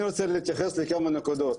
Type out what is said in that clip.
אני רוצה להתייחס לכמה נקודות,